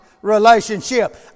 relationship